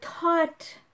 thought